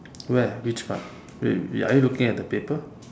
where which part wait are you looking at the paper